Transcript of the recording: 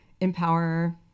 empower